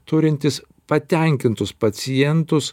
turintis patenkintus pacientus